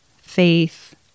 faith